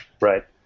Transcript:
Right